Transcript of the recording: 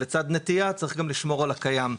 לצד נטיעה צריך גם לשמור על הקיימים,